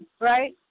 Right